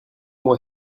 moi